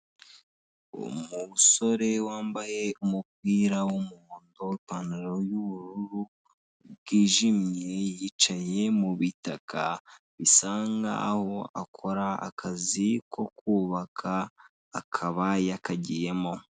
Umusore wambaye umupira w'umuhondo ipantaro y'ubururu bwijimye yicaye mubitaka bisa nkaho akora akazi ko kubaka akaba yakagiyemo.